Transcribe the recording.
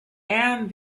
and